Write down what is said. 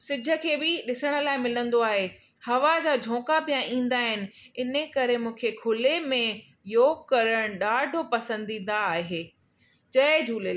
सिज खे बि ॾिसण लाइ मिलंदो आहे हवा जा झोंका पिया ईंदा आहिनि इने करे मूंखे खुले में योग करणु ॾाढो पसंदीदा आहे जय झूले